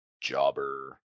jobber